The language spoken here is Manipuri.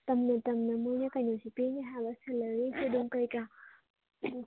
ꯇꯝꯅ ꯇꯝꯅ ꯃꯈꯣꯏꯅ ꯀꯩꯅꯣꯁꯨ ꯄꯤꯅꯤ ꯍꯥꯏꯕ ꯁꯦꯂꯔꯤ ꯑꯗꯨꯝ ꯀꯔꯤ ꯀꯔꯥ